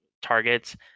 targets